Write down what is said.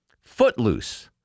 Footloose